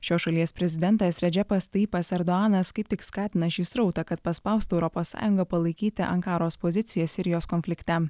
šios šalies prezidentas redžepas tajipas erduanas kaip tik skatina šį srautą kad paspaustų europos sąjungą palaikyti ankaros poziciją sirijos konflikte